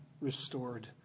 restored